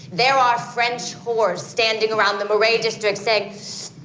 there are french whores standing around the marais district saying,